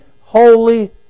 holy